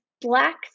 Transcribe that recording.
black